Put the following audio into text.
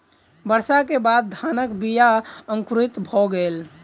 वर्षा के बाद धानक बीया अंकुरित भअ गेल